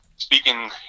speaking